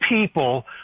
people